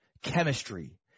chemistry